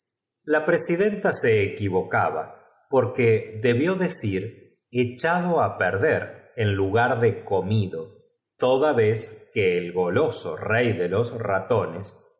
la presidenta se equivocaba porque como carbunclos y le dijo entre horribles debió decir echado á perder en lugar de s ilbidos comido toda vez que el goloso rey de los ratones á